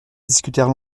discutèrent